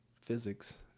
physics